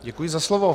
Děkuji za slovo.